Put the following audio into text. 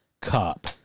Cup